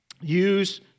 use